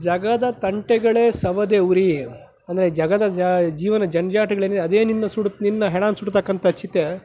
ಜಗದ ತಂಟೆಗಳೆ ಸೌದೆಯುರಿ ಅಂದರೆ ಜಗದ ಜೀವನ ಜಂಜಾಟಗಳೇನಿದೆ ಅದೇ ನಿನ್ನ ಸುಡತ್ತೆ ನಿನ್ನ ಹೆಣನ ಸುಡ್ತಕ್ಕಂಥ ಚಿತೆ